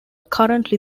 currently